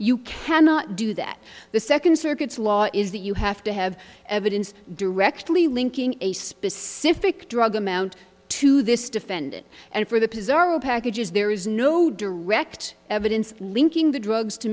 you cannot do that the second circuit's law is that you have to have evidence directly linking a specific drug amount to this defendant and for the preserved packages there is no direct evidence linking the drugs to